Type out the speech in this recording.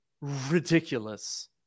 ridiculous